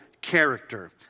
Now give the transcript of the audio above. character